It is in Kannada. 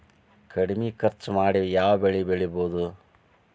ಕಡಮಿ ಖರ್ಚ ಮಾಡಿ ಯಾವ್ ಬೆಳಿ ಬೆಳಿಬೋದ್?